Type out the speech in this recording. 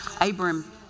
Abram